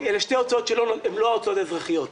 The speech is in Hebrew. אלה שתי הוצאות שהן לא הוצאות אזרחיות.